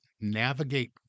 navigate